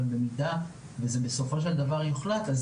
אבל במידה וזה יוחלט בסופו של דבר אז